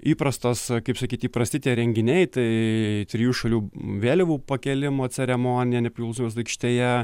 įprastos kaip sakyt įprasti tie renginiai tai trijų šalių vėliavų pakėlimo ceremonija nepriklausomybės aikštėje